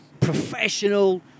professional